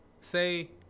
Say